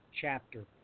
chapter